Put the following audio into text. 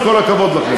עם כל הכבוד לכם.